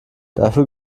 dafür